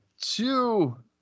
two